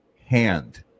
hand